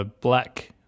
black